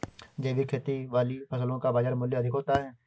जैविक खेती वाली फसलों का बाज़ार मूल्य अधिक होता है